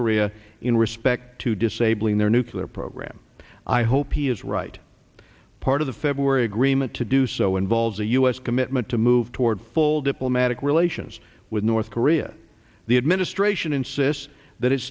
korea in respect to disabling their nuclear program i hope he is right part of the february agreement to do so involves a u s commitment to move toward full diplomatic relations with north korea the administration insists that it